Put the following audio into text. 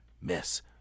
miss